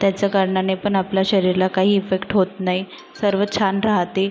त्याच्याकारणाने पण आपल्याला शरीरला काही इफेक्ट होत नाही सर्व छान राहते